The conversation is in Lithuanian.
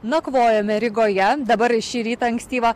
nakvojome rygoje dabar šį rytą ankstyvą